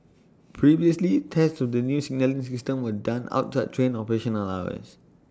previously tests of the new signalling system were done outside train operational hours